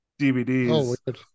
DVDs